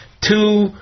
two